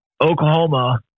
Oklahoma